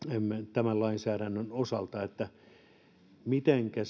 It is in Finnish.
tämän lainsäädännön osalta mitenkä